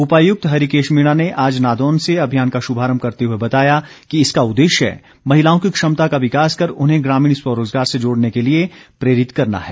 उपायुक्त हरिकेश मीणा ने आज नादौन से अभियान का शुभारंभ करते हुए बताया कि इसका उद्देश्य महिलाओं की क्षमता का विकास कर उन्हें ग्रामीण स्वरोज़गार से जोड़ने के लिए प्रेरित करना है